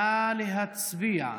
נא להצביע.